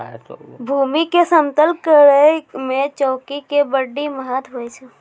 भूमी के समतल करै मे चौकी के बड्डी महत्व हुवै छै